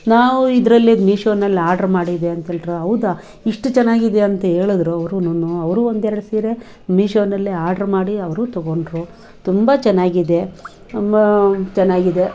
ನಾವು ಇದರಲ್ಲಿ ಮಿಶೋದಲ್ಲಿ ಆರ್ಡ್ರ್ ಮಾಡಿದೆ ಅಂಥೇಳಿದ್ರೆ ಹೌದಾ ಇಷ್ಟು ಚೆನ್ನಾಗಿದೆ ಅಂಥೇಳಿದ್ರು ಅವ್ರೂನು ಅವರು ಒಂದೆರ್ಡು ಸೀರೆ ಮಿಶೋದಲ್ಲಿ ಆರ್ಡ್ರ್ ಮಾಡಿ ಅವರು ತೊಗೊಂಡ್ರು ತುಂಬ ಚೆನ್ನಾಗಿದೆ ತುಂಬ ಚೆನ್ನಾಗಿದೆ